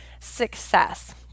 success